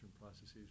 processes